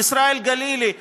ישראל גלילי,